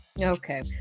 Okay